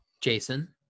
jason